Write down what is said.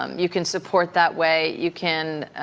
um you can support that way. you can